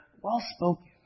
well-spoken